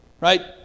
right